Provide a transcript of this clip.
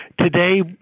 today